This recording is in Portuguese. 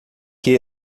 que